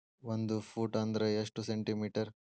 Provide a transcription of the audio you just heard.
ಒಂದು ಫೂಟ್ ಅಂದ್ರ ಎಷ್ಟು ಸೆಂಟಿ ಮೇಟರ್?